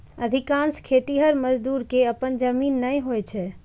अधिकांश खेतिहर मजदूर कें अपन जमीन नै होइ छै